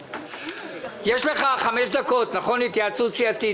יש לך חמש דקות להתייעצות סיעתית.